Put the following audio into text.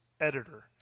editor